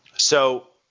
so,